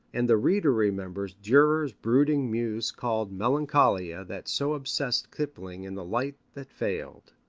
and the reader remembers durer's brooding muse called melancholia that so obsessed kipling in the light that failed.